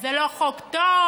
זה לא חוק טוב,